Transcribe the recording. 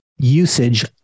usage